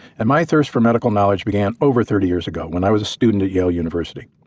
and my thirst for medical knowledge began over thirty years ago when i was a student at yale university.